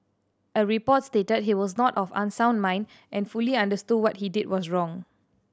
a report stated he was not of unsound mind and fully understood what he did was wrong